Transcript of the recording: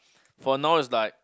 for now is like